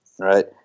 right